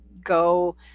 go